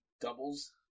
doubles